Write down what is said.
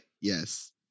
yes